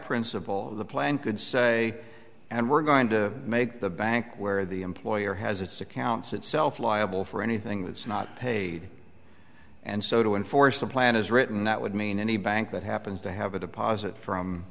principle the plan could say and we're going to make the bank where the employer has its accounts itself liable for anything that's not paid and so to enforce a plan is written that would mean any bank that happens to have a deposit from